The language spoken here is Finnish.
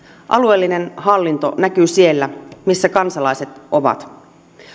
alueellinen hallinto näkyy siellä missä kansalaiset ovat